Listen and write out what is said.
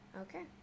Okay